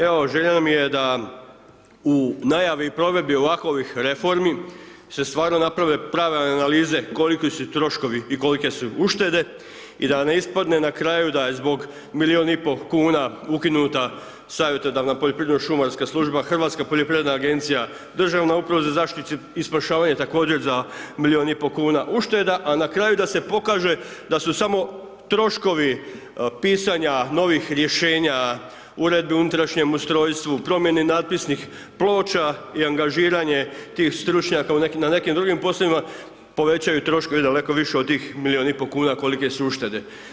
Evo želja mi je da u najavi i provedbi ovakvih reformi se stvarno naprave prave analize koliki su troškovi i kolike su uštede i da ne ispadne na kraju da je zbog milijun i pol kuna ukinuta savjetodavna poljoprivredno šumarska služba, Hrvatska poljoprivredna agencija, Državna uprava za zaštitu i spašavanje također za milijun i pol kuna ušteda a na kraju da se pokaže da su samo troškovi pisanja novih rješenja uredbi o unutrašnjem ustrojstvu, promjeni natpisnih ploča i angažiranje tih stručnjaka na nekim drugim poslovima, povećaju troškove i daleko više od tih milijun i pol kuna kolike su uštede.